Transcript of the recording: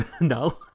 No